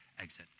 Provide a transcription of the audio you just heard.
exit